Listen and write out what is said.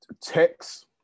Text